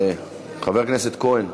חברות וחברים,